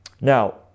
Now